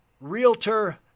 realtor